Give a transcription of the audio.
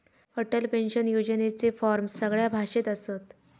Atal pension योजनेचे form सगळ्या भाषेत असत